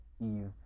Eve